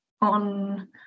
on